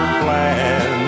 plan